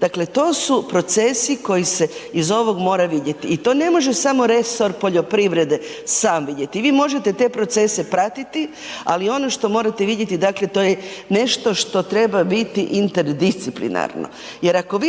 dakle to su procesi koji se iz ovog mora vidjeti i to ne može samo resor poljoprivrede sam vidjeti, vi možete te procese pratiti ali ono što morate vidjeti, dakle to je nešto što treba biti interdisciplinarno jer ako vidite